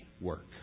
work